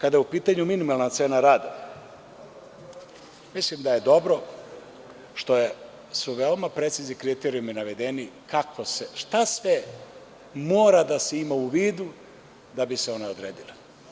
Jedna je, kada je u pitanju minimalna cena rada, mislim da je dobro što su veoma precizni kriterijumi navedeni, šta sve mora da se ima u vidu da bi se one odredile.